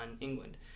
England